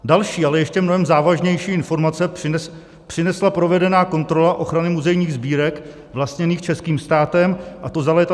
Další, ale ještě mnohem závažnější informace přinesla provedená kontrola ochrany muzejních sbírek vlastněných českým státem, a to za léta 2016 až 2018.